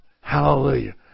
Hallelujah